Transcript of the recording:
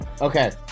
Okay